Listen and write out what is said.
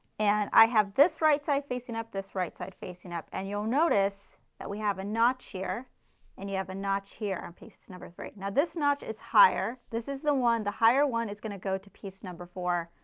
and i have this right side facing up, this right side facing up and you will notice that we have a notch here and you have a notch here on piece number three. now this notch is higher, this is the one, the higher one is going to go to piece number four.